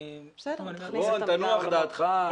רון, תנוח דעתך.